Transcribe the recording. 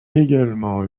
également